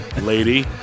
lady